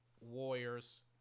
Warriors